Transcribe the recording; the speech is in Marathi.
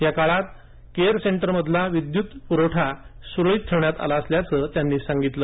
या काळात केअर सेंटरमधला विद्युत प्रवठा सुरळीत ठेवण्यात आला असल्याच ते म्हणाले